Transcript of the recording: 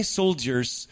soldiers